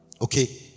Okay